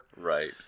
Right